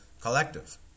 collective